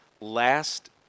Last